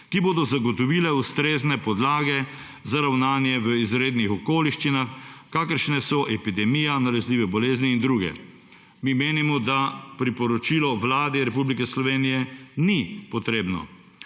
ki bodo zagotovile ustrezne podlage za ravnanje v izrednih okoliščinah, kakršne so epidemija, nalezljive bolezni in druge. Mi menimo, da priporočilo Vladi Republike Slovenije ni potrebno,